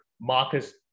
Marcus